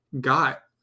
got